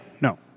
no